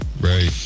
Right